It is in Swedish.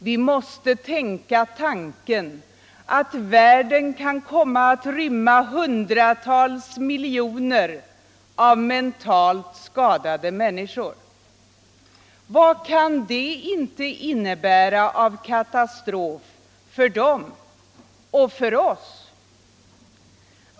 Vi måste tänka tanken att världen kan komma att rymma hundratals miljoner av mentalt skadade människor. Vad kan det inte innebära av katastrof för dem, och för oss?